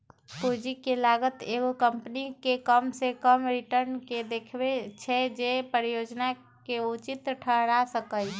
पूंजी के लागत एगो कंपनी के कम से कम रिटर्न के देखबै छै जे परिजोजना के उचित ठहरा सकइ